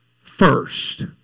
first